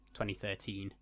2013